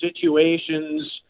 situations